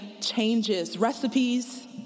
changes—recipes